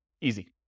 Easy